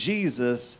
Jesus